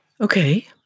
Okay